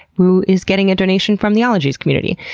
who is getting a donation from the ologies community.